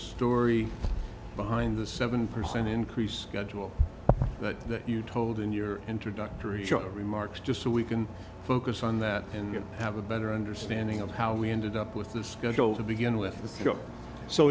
story behind the seven percent increase the jewel that you told in your introductory remarks just so we can focus on that and you have a better understanding of how we ended up with the schedule to begin with so